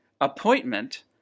appointment